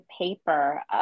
paper